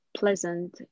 pleasant